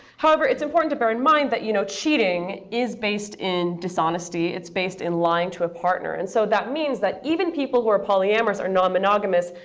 however, it's important to bear in mind that you know cheating is based in dishonesty. it's based in lying to a partner. and so that means that even people who are polyamorous, or non-monogamous,